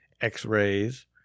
x-rays